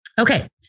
Okay